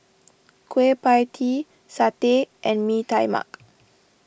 Kueh Pie Tee Satay and Mee Tai Mak